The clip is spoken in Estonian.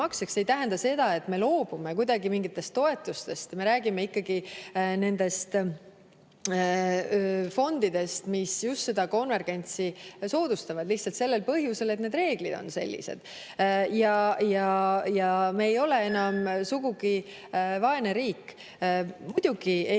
netomaksjaks, ei tähenda seda, et me loobume kuidagi mingitest toetustest. Me räägime ikkagi nendest fondidest, mis just seda konvergentsi soodustavad, lihtsalt sellel põhjusel, et need reeglid on sellised. Ja me ei ole enam sugugi vaene riik. Muidugi ei